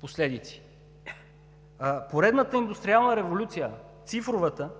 последици. Поредната индустриална революция – цифровата,